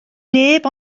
neb